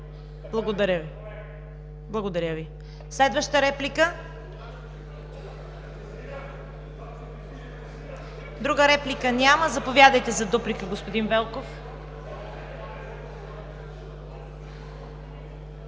Благодаря Ви. Следваща реплика? Няма. Заповядайте за дуплика, господин Велков.